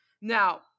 now